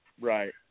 Right